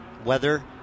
Weather